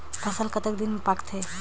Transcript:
फसल कतेक दिन मे पाकथे?